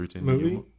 movie